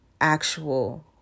actual